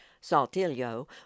saltillo